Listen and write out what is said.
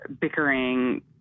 bickering